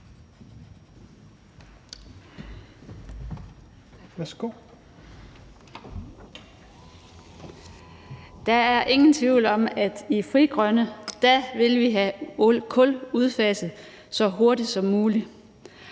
Der er ingen tvivl om, at vi i Frie Grønne vil have kul udfaset så hurtigt som muligt.